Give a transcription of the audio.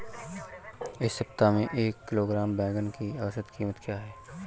इस सप्ताह में एक किलोग्राम बैंगन की औसत क़ीमत क्या है?